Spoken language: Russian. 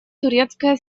турецкая